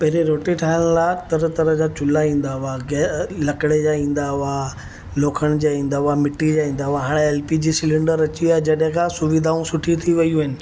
पहिंरी रोटी ठाहिण लाइ तरह तरह जा चूल्हा ईंदा हुआ लकड़े जा ईंदा हुआ लोखण जा ईंदा हुआ मिट्टीअ जा ईंदा हुआ हाणे एल पी जी सिलैंडर अची वियो आहे जॾहिं खां सुविधाऊं सुठी थी वियू आहिनि